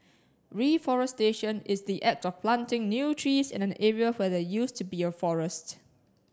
reforestation is the act of planting new trees in an area where there used to be a forest